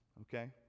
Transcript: okay